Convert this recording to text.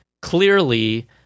Clearly